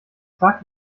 fragt